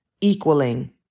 equaling